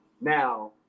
Now